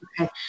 Okay